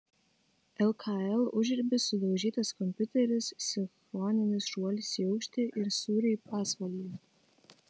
lkl užribis sudaužytas kompiuteris sinchroninis šuolis į aukštį ir sūriai pasvalyje